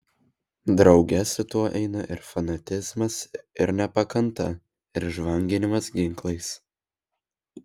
drauge su tuo eina ir fanatizmas ir nepakanta ir žvanginimas ginklais